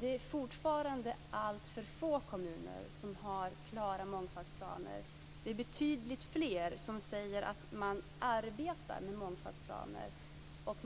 Det är fortfarande alltför få kommuner som har klara mångfaldsplaner. Det är betydligt fler som säger att man arbetar med mångfaldsplaner.